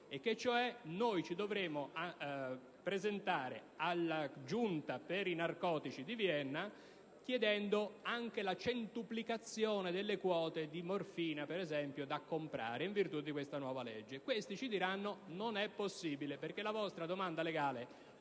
in vigore: ci dovremo presentare alla Commissione narcotici di Vienna chiedendo anche la centuplicazione delle quote di morfina, per esempio, da comprare in virtù di questa nuova legge. Questi ci diranno che non è possibile perché la nostra domanda legale